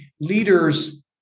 leaders